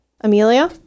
amelia